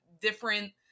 different